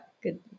Good